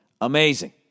amazing